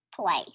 Play